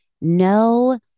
no